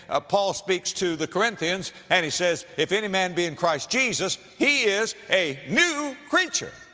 ah, paul speaks to the corinthians and he says, if any man be in christ jesus, he is a new creature.